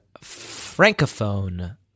Francophone